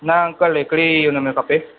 न अंकल हिकिड़ी हुन में खपे